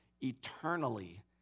eternally